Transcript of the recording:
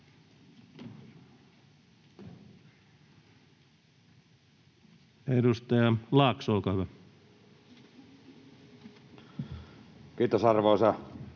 Edustaja Meri, olkaa hyvä. Kiitos, arvoisa